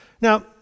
Now